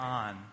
on